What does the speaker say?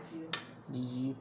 is it